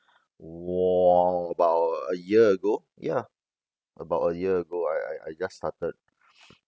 about a year ago ya about a year ago I I I just started